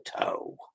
toe